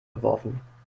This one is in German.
geworfen